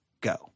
go